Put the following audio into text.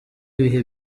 ibihe